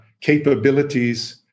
capabilities